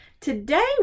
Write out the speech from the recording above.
Today